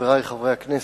חברי חברי הכנסת,